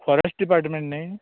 forest department नी